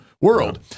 world